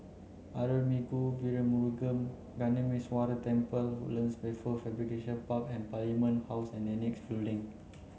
Arulmigu Velmurugan Gnanamuneeswarar Temple Woodlands Wafer Fabrication Park and Parliament House and Annexe Building